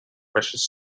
precious